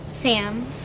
Sam